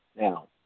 Now